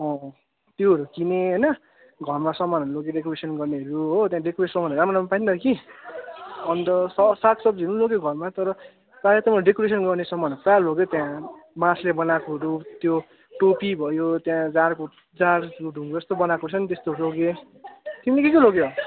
त्योहरू किनेँ होइन घरमा सामानहरू लगेँ डेकोरेसन गर्नेहरू हो त्यहाँ डेकोरेसन सामानहरू राम्रो राम्रो पाएँ नि त कि अन्त साग सब्जीहरू पनि लगेँ घरमा तर प्रायः त म डेकोरेसन गर्ने सामानहरू प्रायः लोगे त्यहाँ बाँसले बनाएकोहरू त्यो टोपी भयो त्यहाँ जाँडको जाडँको ढुङ्ग्रो जस्तो बनाएको छ नि त्यस्तोहरू लगेँ तिमीले के के लग्यौ